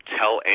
tell